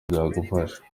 byagufasha